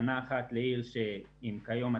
תחנה אחת לעיר שכיום יש